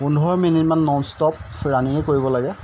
পোন্ধৰ মিনিটমান non stop ৰানিঙে কৰিব লাগে